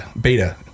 beta